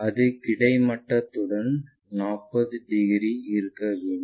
அது கிடைமட்டத்துடன் 40 டிகிரி இருக்க வேண்டும்